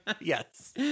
Yes